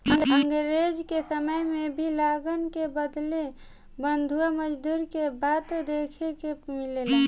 अंग्रेज के समय में भी लगान के बदले बंधुआ मजदूरी के बात देखे के मिलेला